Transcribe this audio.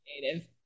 creative